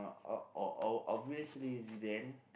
uh o~ o~ o~ obviously Zidane